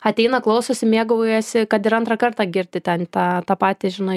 ateina klausosi mėgaujasi kad ir antrą kartą girdi ten į tą tą patį žinai